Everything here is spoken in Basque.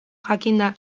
jakinda